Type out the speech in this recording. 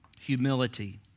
humility